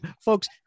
folks